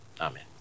Amen